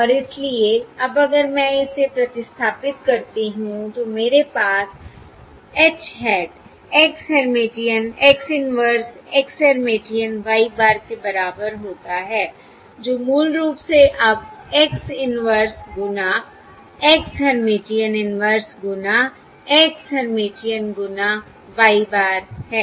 और इसलिए अब अगर मैं इसे प्रतिस्थापित करती हूं तो मेरे पास H hat X Hermitian X inverse X Hermitian Y bar के बराबर होता है जो मूल रूप से अब X इन्वर्स गुना X हर्मिटियन इन्वर्स गुना X हर्मिटियन गुना Y bar है